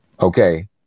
Okay